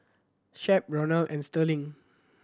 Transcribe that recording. shep Ronald and Starling